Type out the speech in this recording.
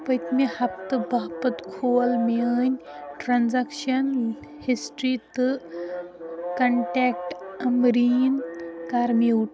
پٔتۍمہِ ہفتہٕ باپتھ کھول میٛٲنۍ ٹرٛانزٮ۪کشن ہِسٹِرٛی تہٕ کنٹیکٹ عمبریٖن کَر میوٗٹ